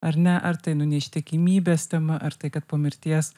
ar ne ar tai nu neištikimybės tema ar tai kad po mirties